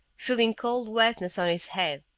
feeling cold wetness on his head.